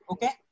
Okay